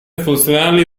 funzionali